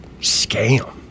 scam